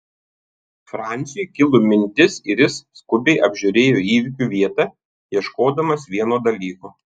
franciui kilo mintis ir jis skubiai apžiūrėjo įvykio vietą ieškodamas vieno dalyko